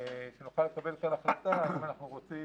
נוכל לקבל כאן החלטה האם אנחנו רוצים